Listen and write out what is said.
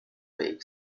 league